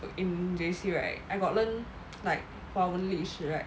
in J_C right I got learn like 华文历史 right